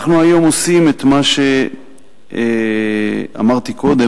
אנחנו היום עושים את מה שאמרתי קודם,